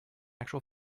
actual